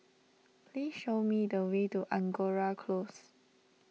please show me the way to Angora Close